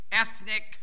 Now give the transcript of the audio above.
ethnic